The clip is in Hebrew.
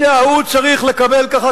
הוא צריך לקבל ככה,